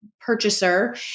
purchaser